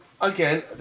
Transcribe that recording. Again